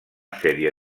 sèrie